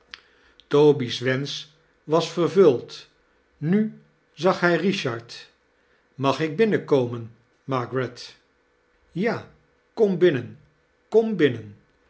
toby's wensch was vervuld nu zag hij richard mag ik binnenkomen margaret ja kom binnien kom binnen